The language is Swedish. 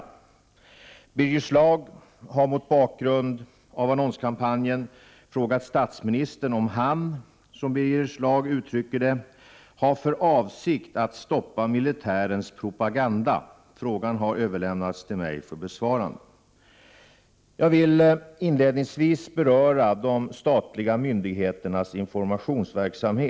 Birger Schlaug har mot bakgrund av annonskampanjen frågat statsministern om han — som Birger Schlaug uttrycker det — har för avsikt att stoppa militärens propaganda. Frågan har överlämnats till mig för besvarande. Jag vill inledningsvis beröra de statliga myndigheternas informationsverksamhet.